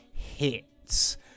hits